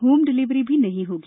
home delivery भी नहीं होगी